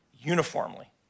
uniformly